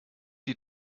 die